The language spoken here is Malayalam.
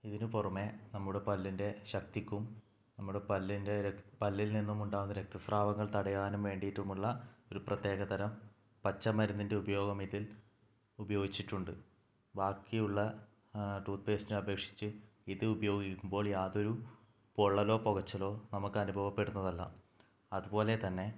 ഇതിനു പുറമേ നമ്മുടെ പല്ലിൻ്റെ ശക്തിക്കും നമ്മുടെ പല്ലിൻ്റെ പല്ലിൽ നിന്നും ഉണ്ടാവുന്ന രക്ത സ്രാവങ്ങൾ തടയാനും വേണ്ടിയിട്ടുമുള്ള ഒരു പ്രേത്യേകതരം പച്ച മരുന്നിൻ്റെ ഉപയോഗം ഇതിൽ ഉപയോഗിച്ചിട്ടുണ്ട് ബാക്കിയുള്ള ടൂത്ത്പേസ്റ്റിനെ അപേക്ഷിച്ച് ഇത് ഉപയോഗിക്കുമ്പോൾ യാതൊരു പൊള്ളലോ പുകച്ചിലോ നമുക്കനുഭവപ്പെടുന്നതല്ല അതുപോലെതന്നെ